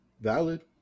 Valid